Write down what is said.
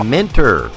Minter